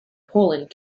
poland